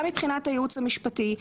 גם מבחינת הייעוץ המשפטי.